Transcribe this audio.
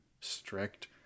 strict